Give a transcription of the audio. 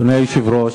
אדוני היושב-ראש,